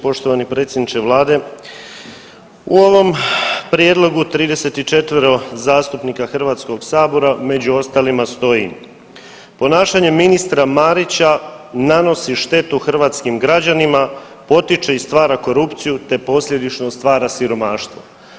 Poštovani predsjedniče vlade, u ovom prijedlogu 34 zastupnika Hrvatskoga sabora, među ostalima stoji, ponašanje ministra Marića nanosi štetu hrvatskim građanima, potiče i stvara korupciju te posljedično stvara siromaštvo.